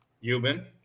human